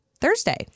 Thursday